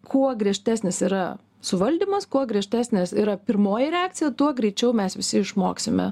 kuo griežtesnis yra suvaldymas kuo griežtesnės yra pirmoji reakcija tuo greičiau mes visi išmoksime